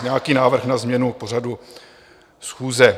... nějaký návrh na změnu pořadu schůze.